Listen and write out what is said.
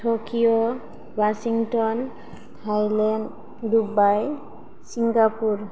Tokyo Washington Thailand Dubai Singapore